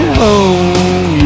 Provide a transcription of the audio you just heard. home